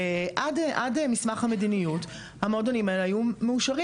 עד מסמך המדיניות המועדונים האלה היו מאושרים